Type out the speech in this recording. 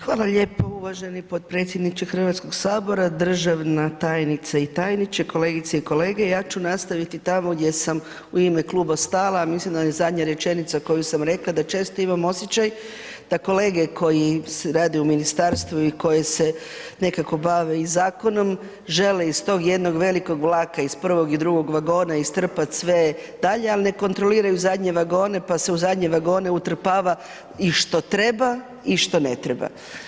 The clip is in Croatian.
Hvala lijepo uvaženi potpredsjedniče HS, državna tajnice i tajniče, kolegice i kolege, ja ću nastaviti tamo gdje sam u ime kluba stala, mislim da mi je zadnja rečenica koju sam rekla da često imam osjećaj da kolege koji rade u ministarstvu i koje se nekako bave i zakonom, žele iz tog jednog velikog vlaka, iz prvog i drugog vagona, istrpat sve dalje, ali ne kontroliraju zadnje vagone, pa se u zadnje vagone utrpava i što treba i što ne treba.